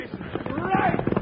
Right